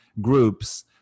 groups